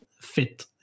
fit